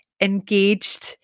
engaged